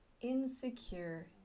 Insecure